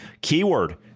keyword